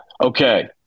Okay